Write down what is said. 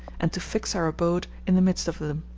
and to fix our abode in the midst of them.